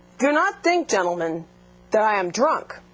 do not think gentlemen that i am drunk